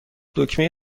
دکمه